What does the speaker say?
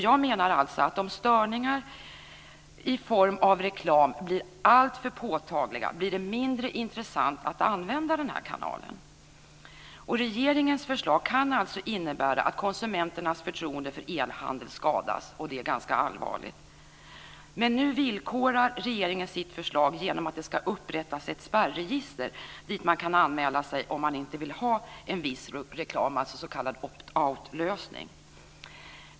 Jag menar att det blir mindre intressant att använda denna kanal om störningarna i form av reklam blir alltför påtagliga. Regeringens förslag kan alltså innebära att konsumenternas förtroende för e-handel skadas och det ganska allvarligt. Men nu villkorar regeringen sitt förslag genom att det ska upprättas ett spärregister dit man kan anmäla sig om man inte vill ha en viss reklam - en s.k. opt out-lösning.